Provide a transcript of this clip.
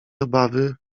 obawy